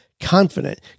confident